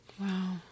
Wow